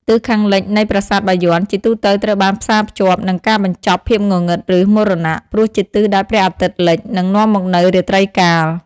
ទិសខាងលិចនៃប្រាសាទបាយ័ន ជាទូទៅត្រូវបានផ្សារភ្ជាប់នឹង ការបញ្ចប់ ភាពងងឹត ឬមរណៈ ព្រោះជាទិសដែលព្រះអាទិត្យលិច និងនាំមកនូវរាត្រីកាល។